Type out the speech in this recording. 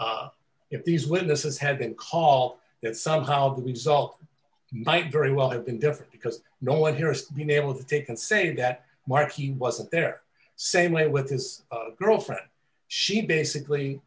if these witnesses had been call that somehow the result might very well have been different because no one here has been able to take and saying that mark he wasn't there same way with his girlfriend she basically